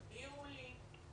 הסבירו לי.